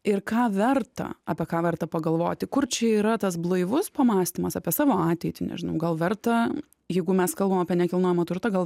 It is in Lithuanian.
ir ką verta apie ką verta pagalvoti kur čia yra tas blaivus pamąstymas apie savo ateitį nežinau gal verta jeigu mes kalbam apie nekilnojamą turtą gal